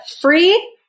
free